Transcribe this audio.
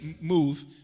move